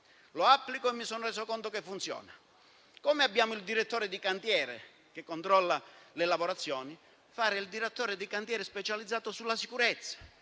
applico e mi sono reso conto che funziona: come abbiamo il direttore di cantiere che controlla le lavorazioni, prevediamo il direttore di cantiere specializzato in sicurezza,